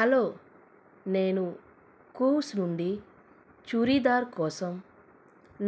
hello నేను Koovs నుండి చురీదార్ కోసం